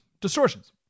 distortions